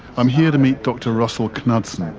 i'm here to meet dr russell knudsen,